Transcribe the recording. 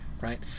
right